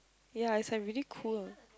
ya it's like really cool